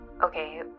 Okay